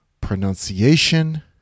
pronunciation